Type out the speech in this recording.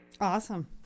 Awesome